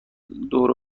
دور